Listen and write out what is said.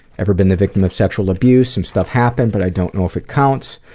ever been the victim of sexual abuse? some stuff happened but i don't know if it counts.